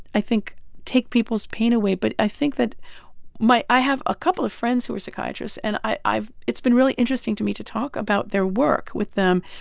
i think, take people's pain away. but i think that my i have a couple of friends who are psychiatrists. and i've it's been really interesting to me to talk about their work with them.